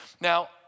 Now